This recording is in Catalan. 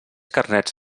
carnets